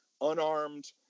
unarmed